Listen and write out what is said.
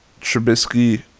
Trubisky